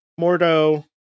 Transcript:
Mordo